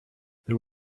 there